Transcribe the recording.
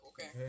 okay